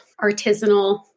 artisanal